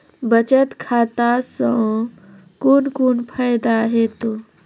बचत खाता सऽ कून कून फायदा हेतु?